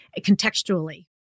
contextually